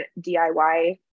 DIY